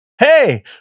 Hey